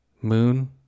Moon